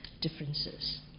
differences